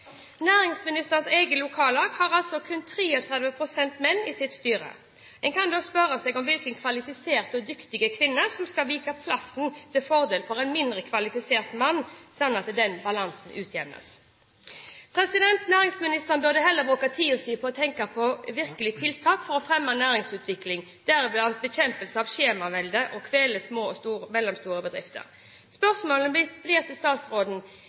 Næringsministerens eget lokallag har altså kun 33 pst. menn i sitt styre. En kan da spørre seg: Hvilke kvalifiserte og dyktige kvinner skal vike plassen til fordel for en mindre kvalifisert mann, slik at denne balansen utjevnes? Næringsministeren burde heller bruke tiden sin på å tenke ut virkelige tiltak for å fremme næringsutvikling, deriblant bekjempelse av skjemaveldet, som kveler små og mellomstore bedrifter. Spørsmålet mitt blir: